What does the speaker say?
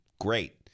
Great